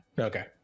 Okay